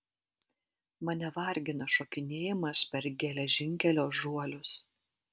mane vargina šokinėjimas per geležinkelio žuolius